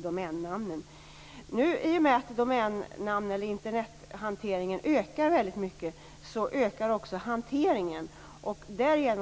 domännamnen. I och med att Internethanteringen ökar väldigt mycket ökar också hanteringen av namnen.